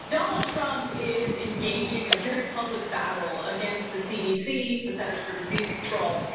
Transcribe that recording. donald trump is engaging in a very public battle against the cdc, the centers for disease control,